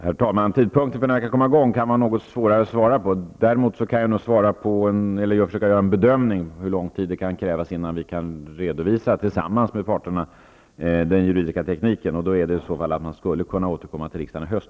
Herr talman! Tidpunkten för när det kan komma i gång är det svårt att ange. Däremot kan jag försöka göra en bedömning av hur lång tid det kan krävas innan vi kan redovisa, tillsammans med parterna, den juridiska tekniken. I så fall skulle man kunna återkomma till riksdagen i höst.